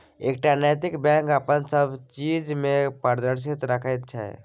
एकटा नैतिक बैंक अपन सब चीज मे पारदर्शिता राखैत छै